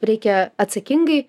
reikia atsakingai